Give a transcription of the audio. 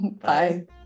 Bye